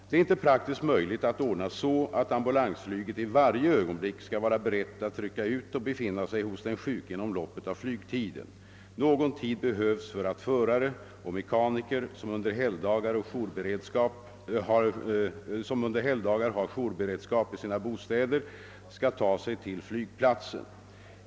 Det är inte praktiskt möjligt att ordna så, att ambulansflyget i varje ögonblick skall vara berett att rycka ut och befinna sig hos den sjuke inom loppet av flygtiden. Någon tid behövs för att förare och mekaniker, som under helgdagar har jourberedskap i sina bostäder, skall ta sig till flygplatsen.